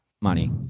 money